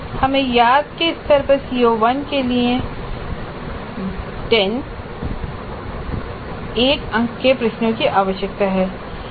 हमें याद के स्तर पर CO1 के लिए 10 1 अंक के प्रश्नों की आवश्यकता है